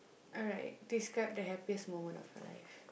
alright describe the happiest moment of your life